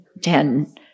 ten